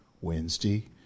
Wednesday